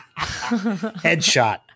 Headshot